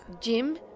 Jim